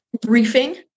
briefing